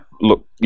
look